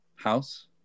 house